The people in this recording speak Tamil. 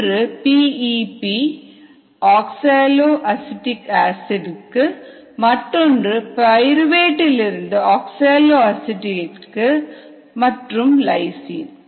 ஒன்று PEP ஆக்சலோ அசிட்டிக் ஆசிட் க்கு மற்றொன்று பயிறுவேட் இலிருந்து ஆக்சலோ அசிட்டிக் ஆசிட் மற்றும் லைசின்